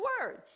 word